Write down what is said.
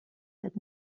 that